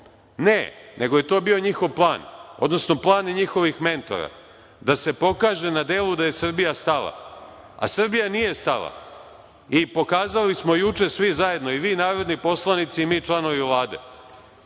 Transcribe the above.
Ne, nego je to bio njihov plan, odnosno plan njihovih mentora, da se pokaže na delu da je Srbija stala, a Srbija nije stala. Pokazali smo juče svi zajedno, i vi narodni poslanici i mi članovi Vlade,